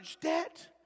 debt